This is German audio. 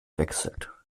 wechselt